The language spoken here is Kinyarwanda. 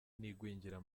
n’igwingira